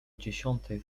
dziesiątej